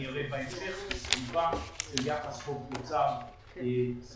אראה בהמשך בסביבה של יחס חוב תוצר סבירה.